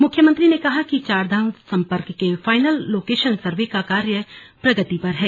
मुख्यमंत्री ने कहा कि चारधाम सम्पर्क के फाइनल लोकेशन सर्वे का कार्य प्रगति पर है